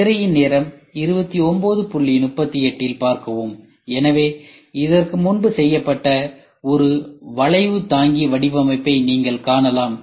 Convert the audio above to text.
திரையின் நேரம் 2938 ல் பார்க்கவும் எனவே இதற்கு முன்பு செய்யப்பட்ட ஒரு வளைவுதாங்கி வடிவமைப்பை நீங்கள் காணலாம்